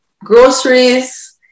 groceries